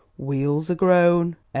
wheels a-groan,